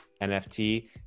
NFT